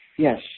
Yes